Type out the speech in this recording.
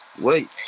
Wait